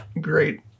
great